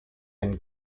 and